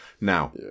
now